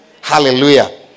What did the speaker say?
Hallelujah